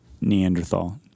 Neanderthal